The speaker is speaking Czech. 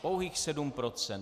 Pouhých 7 %!